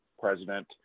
president